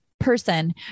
person